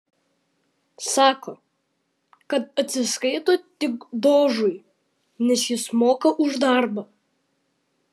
sako kad atsiskaito tik dožui nes jis moka už darbą